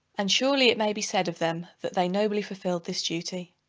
and surely it may be said of them that they nobly fulfilled this duty.